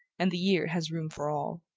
and the year has room for all.